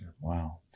Wow